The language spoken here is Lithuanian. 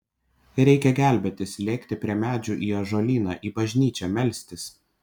reikia gelbėtis lėkti prie medžių į ąžuolyną į bažnyčią melstis